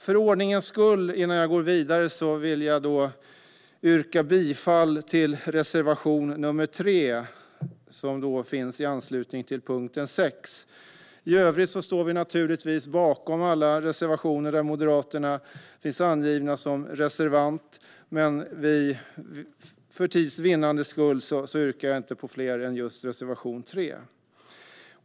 Innan jag går vidare vill jag för ordningens skull yrka bifall till reservation 3 under punkt 6. Vi står naturligtvis bakom alla reservationer där Moderaterna finns angivna som reservanter, men för tids vinnande yrkar jag endast bifall till reservation 3.